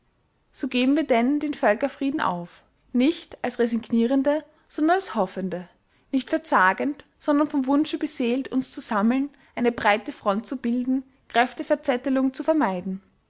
so geben wir denn den völkerfrieden auf nicht als resignierende sondern als hoffende nicht verzagend sondern vom wunsche beseelt uns zu sammeln eine breite front zu bilden kräfteverzettelung zu vermeiden